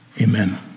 Amen